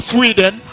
Sweden